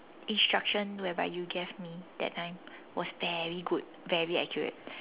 instruction whereby you gave me that time was very good very accurate